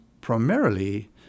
primarily